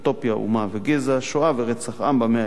אומה וגזע: שואה ורצח עם במאה ה-20,